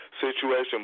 situation